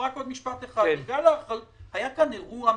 עוד משפט אחד: היה פה אירוע מדינתי.